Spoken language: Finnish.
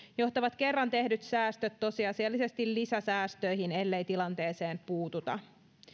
johtavat kerran tehdyt säästöt tosiasiallisesti lisäsäästöihin ellei tilanteeseen puututa